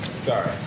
sorry